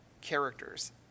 characters